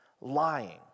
lying